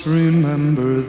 remember